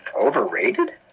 Overrated